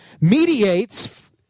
mediates